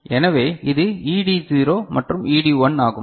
எனவே இது ED0 மற்றும் ED1 ஆகும்